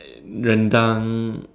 rendang